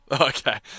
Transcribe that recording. Okay